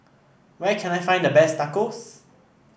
where can I find the best Tacos